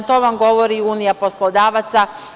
To vam govori i Unija poslodavaca.